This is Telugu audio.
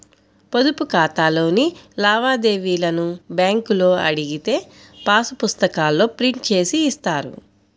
పొదుపు ఖాతాలోని లావాదేవీలను బ్యేంకులో అడిగితే పాసు పుస్తకాల్లో ప్రింట్ జేసి ఇస్తారు